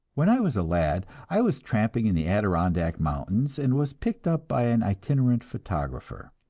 when i was a lad, i was tramping in the adirondack mountains and was picked up by an itinerant photographer.